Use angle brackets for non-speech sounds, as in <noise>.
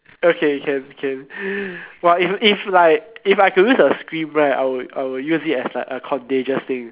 okay can can <breath> !wah! if if like if I could use a scream right I would I would use it as like a contagious thing